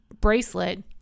bracelet